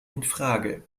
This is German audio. infrage